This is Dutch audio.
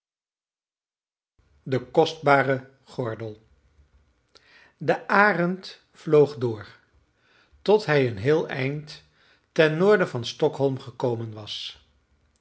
de kostbare gordel de arend vloog door tot hij een heel eind ten noorden van stockholm gekomen was